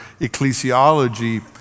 ecclesiology